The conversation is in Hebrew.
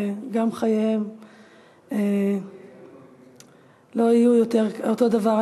שגם חייהם לא יהיו יותר אותו דבר.